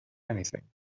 anything